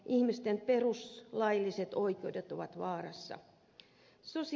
ihmisten perustuslailliset oikeudet ovat vaarassa